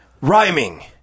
Rhyming